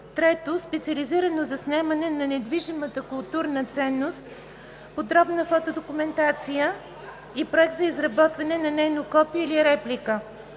3. специализирано заснемане на недвижимата културна ценност, подробна фотодокументация и проект за изработване на нейно копие или реплика;